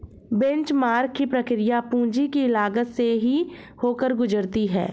benchmark की प्रक्रिया पूंजी की लागत से ही होकर गुजरती है